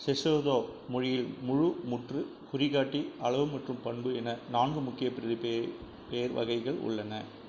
Sesotho மொழியில் முழுமுற்று குறிகாட்டி அளவு மற்றும் பண்பு என நான்கு முக்கிய பிரதிப்பே பெயர் வகைகள் உள்ளன